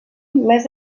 més